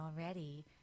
already